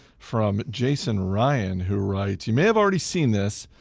from jason ryan, who writes you may have already seen this,